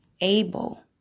able